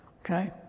Okay